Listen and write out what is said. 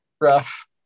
rough